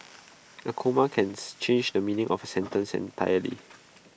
A comma can change the meaning of A sentence entirely